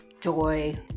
joy